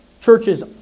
churches